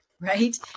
right